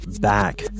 back